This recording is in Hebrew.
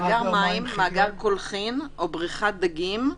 מאגר מים, מאגר קולחין או בריכת דגים,